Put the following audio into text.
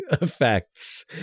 effects